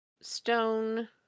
stone